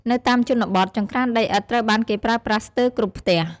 នៅតាមជនបទ ចង្ក្រានដីឥដ្ឋត្រូវបានគេប្រើប្រាស់ស្ទើរគ្រប់ផ្ទះ។